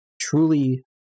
truly